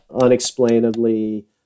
unexplainably